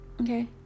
Okay